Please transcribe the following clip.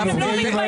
אתם לא מתביישים?